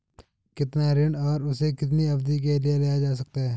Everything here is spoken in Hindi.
कितना ऋण और उसे कितनी अवधि के लिए लिया जा सकता है?